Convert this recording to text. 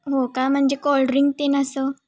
हो का म्हणजे कोल्ड्रिंक तीन असं